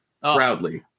proudly